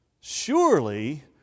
Surely